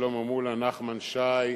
שלמה מולה, נחמן שי,